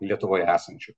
lietuvoje esančių